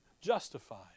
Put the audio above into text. justified